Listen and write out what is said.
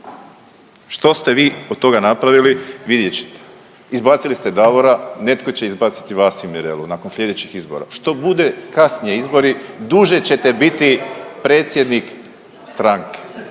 Što ste vi od toga napravili, vidjet ćete. Izbacili ste Davora, netko će izbaciti vas i Mirelu nakon slijedećih izbora. Što bude kasnije izbori duže ćete biti predsjednik stranke,